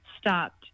stopped